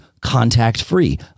contact-free